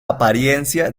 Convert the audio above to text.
apariencia